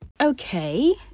Okay